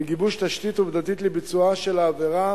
לגיבוש תשתית עובדתית לביצועה של העבירה